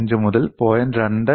25 മുതൽ 0